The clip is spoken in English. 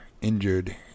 injured